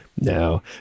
No